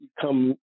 come